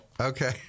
Okay